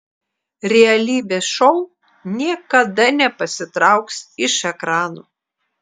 realybės šou niekada nepasitrauks iš ekranų